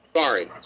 Sorry